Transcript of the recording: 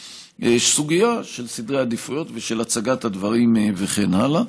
סוגיה של סדרי עדיפויות ושל הצגת הדברים וכן הלאה.